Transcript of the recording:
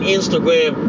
Instagram